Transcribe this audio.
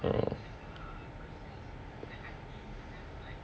orh